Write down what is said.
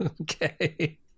Okay